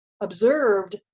observed